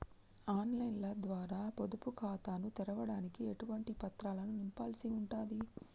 On line ద్వారా పొదుపు ఖాతాను తెరవడానికి ఎటువంటి పత్రాలను నింపాల్సి ఉంటది?